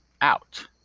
out